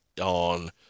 on